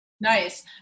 Nice